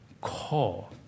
call